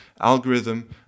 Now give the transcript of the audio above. algorithm